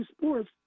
sports